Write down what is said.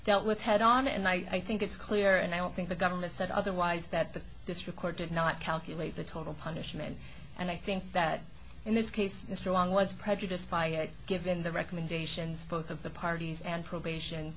dealt with head on and i think it's clear and i don't think the government said otherwise that the district court did not calculate the total punishment and i think that in this case the strong was prejudiced by given the recommendations both of the parties and probation